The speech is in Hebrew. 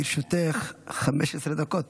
לרשותך 15 דקות.